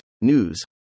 news